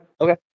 Okay